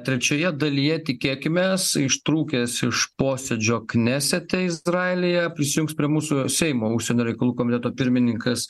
trečioje dalyje tikėkimės ištrūkęs iš posėdžio knesete izraelyje prisijungs prie mūsų seimo užsienio reikalų komiteto pirmininkas